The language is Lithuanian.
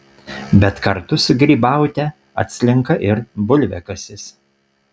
bet kartu su grybaute atslenka ir bulviakasis